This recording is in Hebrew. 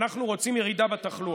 אנחנו רוצים ירידה בתחלואה.